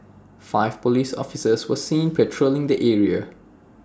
five Police officers were seen patrolling the area